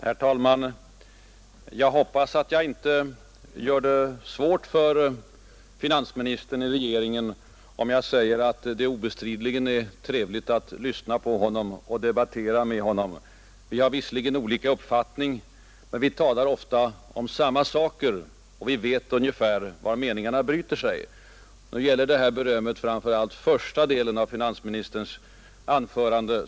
Herr talman! Jag hoppas att jag inte gör det svårt för finansministern i regeringen om jag säger att det obestridligen är trevligt att lyssna på honom och debattera med honom. Vi har visserligen olika uppfattningar, men vi talar ofta om samma saker och vi vet ungefär var meningarna bryter sig. Nu gäller det här berömmet framför allt första delen av finansministerns anförande.